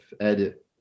edit